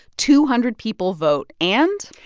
two hundred people vote and.